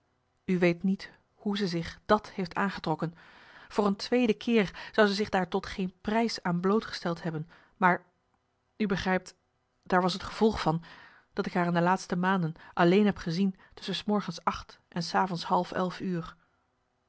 weet niet hoe ze zich dàt heeft aangetrokken voor een tweede keer zou ze marcellus emants een nagelaten bekentenis zich daar tot geen prijs aan blootgesteld hebben maar u begrijpt daar was t gevolg van dat ik haar in de laatste maanden alleen heb gezien tusschen s morgens acht en s avonds half elf uur